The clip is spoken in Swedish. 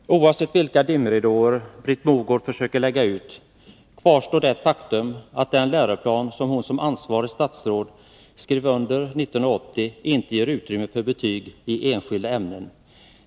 Herr talman! Oavsett vilka dimråder Britt Mogård försöker lägga ut, kvarstår det faktum att den läroplan som ansvarigt statsråd skrev under 1980 inte ger utrymme för betyg i enskilda ämnen.